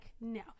no